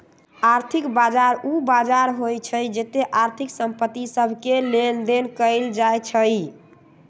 आर्थिक बजार उ बजार होइ छइ जेत्ते आर्थिक संपत्ति सभके लेनदेन कएल जाइ छइ